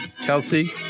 Kelsey